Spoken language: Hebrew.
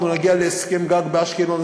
אנחנו נגיע להסכם גג באשקלון,